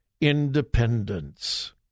independence